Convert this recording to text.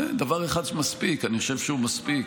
כן, דבר אחד שמספיק, אני חושב שהוא מספיק.